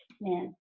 Man